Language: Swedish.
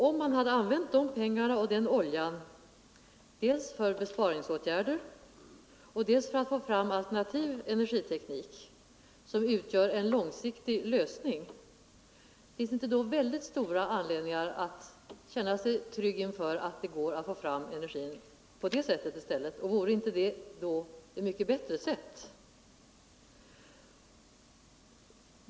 Om vi hade använt dessa pengar och den oljan dels för besparingsåtgärder, dels till att få fram alternativ energiteknik, som utgör en långsiktig lösning, hade vi inte då mycket stor anledning att känna oss trygga inför att det går att få fram energi på det sättet i stället? Vore inte det ett mycket bättre sätt?